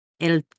el